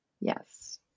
Yes